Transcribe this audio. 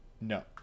no